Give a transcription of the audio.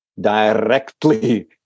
directly